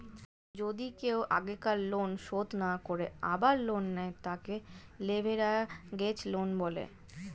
যদি কেও আগেকার লোন শোধ না করে আবার লোন নেয়, তাকে লেভেরাগেজ লোন বলে